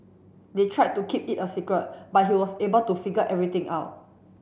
they tried to keep it a secret but he was able to figure everything out